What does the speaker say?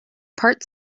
part